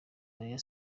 rayon